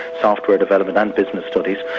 software development and business studies.